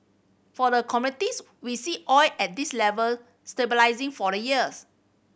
for the commodities we see oil at this level stabilising for the years